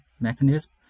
mechanism